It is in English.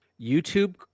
YouTube